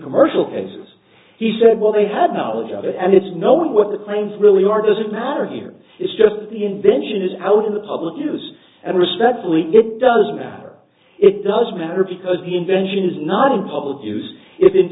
commercial cases he said well they had knowledge of it and its know what the claims really are doesn't matter here it's just the invention is out in the public use and respectfully it doesn't matter it doesn't matter because the invention is not in public use it in